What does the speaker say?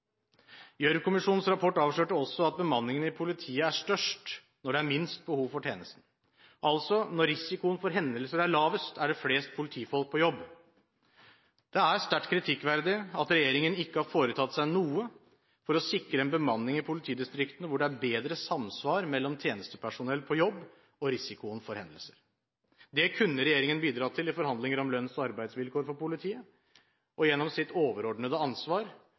rapport avslørte også at bemanningen i politiet er størst når det er minst behov for tjenesten. Altså: Når risikoen for hendelser er lavest, er det flest politifolk på jobb. Det er sterkt kritikkverdig at regjeringen ikke har foretatt seg noe for å sikre en bemanning i politidistriktene hvor det er bedre samsvar mellom tjenestepersonell på jobb og risikoen for hendelser. Det kunne regjeringen bidratt til i forhandlinger om lønns- og arbeidsvilkår for politiet og gjennom sitt overordnede ansvar